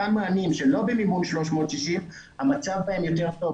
אותם מענים שהם לא במימון 360, המצב בהם יותר טוב.